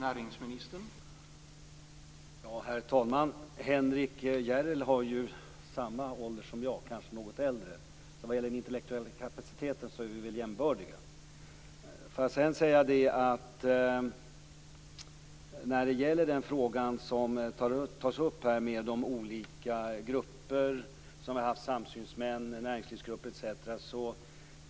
Herr talman! Henrik S Järrel har ju samma ålder som jag - kanske något högre. Så vad gäller den intellektuella kapaciteten är vi väl jämbördiga. När det gäller frågan om de olika grupper som vi har haft, dvs. samsynsmän, näringslivsgrupper etc.